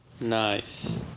Nice